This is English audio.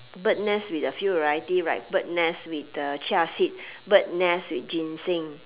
bird nest with a few variety right bird nest with the chia seed bird nest with ginseng